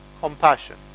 compassion